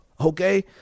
okay